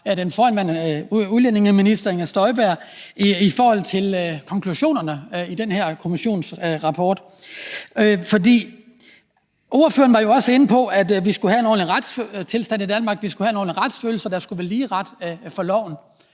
fra den forhenværende udlændingeminister Inger Støjbergs side i forhold til konklusionerne i den her kommissionsrapport. For ordføreren var jo også inde på, at vi skulle have en ordentlig retstilstand i Danmark, at vi skulle have en ordentlig retsfølelse, og at der skulle være lige ret for loven.